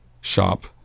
Shop